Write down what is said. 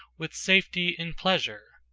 with safety and pleasure.